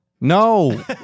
No